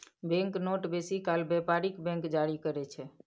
bank note बेसी काल बेपारिक बैंक जारी करय छै